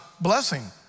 blessing